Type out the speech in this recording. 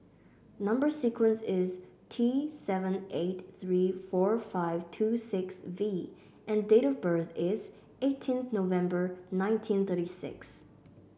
number sequence is T seven eight three four five two six V and date of birth is eighteen November nineteen thirty six